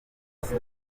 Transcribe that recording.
stade